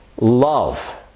love